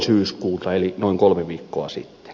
syyskuuta eli noin kolme viikkoa sitten